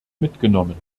mitgenommen